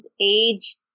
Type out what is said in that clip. age